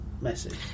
message